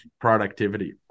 productivity